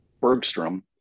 Bergstrom